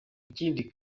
ikindi